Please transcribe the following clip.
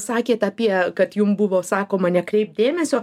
sakėt apie kad jum buvo sakoma nekreipk dėmesio